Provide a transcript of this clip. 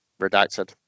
redacted